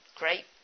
Great